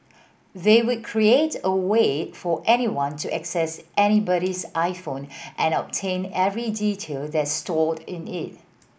they would create a way for anyone to access anybody's iPhone and obtain every detail that's stored in it